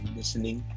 listening